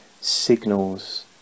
signals